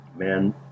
Men